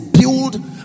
build